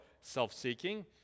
self-seeking